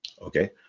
okay